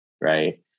right